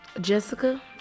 Jessica